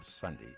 Sunday